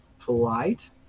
polite